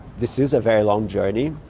this is a very long journey,